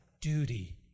duty